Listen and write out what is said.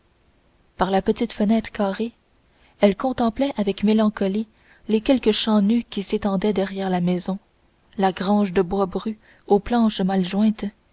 par la petite fenêtre carrée elle contemplait avec mélancolie les quelques champs nus qui s'étendaient derrière la maison la grange de bois brut aux planches mal jointes